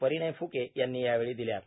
परिणय फ्के यांनी यावेळी दिल्यात